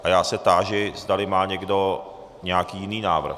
A já se táži, zdali má někdo nějaký jiný návrh.